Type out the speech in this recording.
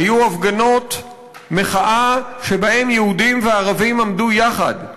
היו הפגנות מחאה שבהן יהודים וערבים עמדו יחד,